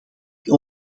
die